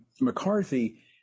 McCarthy